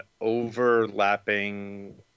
overlapping